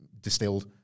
distilled